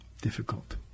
difficult